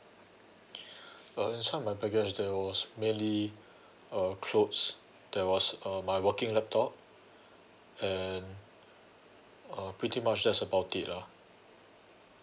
uh inside my baggage there was mainly uh clothes there was uh my working laptop and uh pretty much that's about it lah